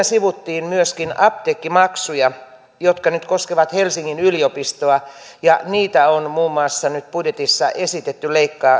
sivuttiin myöskin apteekkimaksuja jotka nyt koskevat helsingin yliopistoa ja niitä on muun muassa nyt budjetissa esitetty